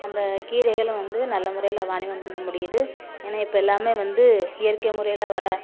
அந்த கீரைகளும் வந்து நல்ல முறையில் வாணிபம் பண்ண முடியுது ஏன்னால் இப்போ எல்லாமே வந்து இயற்கை முறையில் வர